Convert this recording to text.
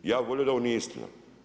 Ja bi volio da ovo nije istina.